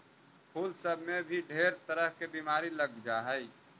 फूल सब में भी ढेर तरह के बीमारी लग जा हई